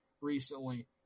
recently